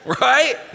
right